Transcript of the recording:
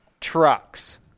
trucks